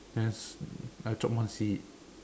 then I I chope one seat